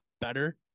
better